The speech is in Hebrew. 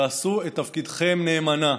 תעשו את תפקידכם נאמנה,